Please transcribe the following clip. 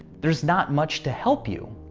there's not much to help you.